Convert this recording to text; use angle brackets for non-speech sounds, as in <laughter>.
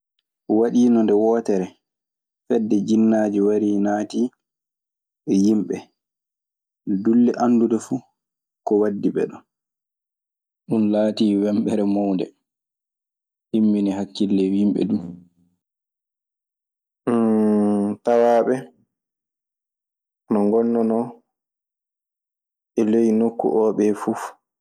Waɗiino nde wootere fedde jinnaaji warii naatii e yimɓe. Dulle anndude fuu ko waddi ɓe ɗon. Ɗun laatii wembere mawnde, immini hakkille yimɓe du. <hesitation> tawaaɓe ana ngondunoo e ley nokku o ɓee fuf.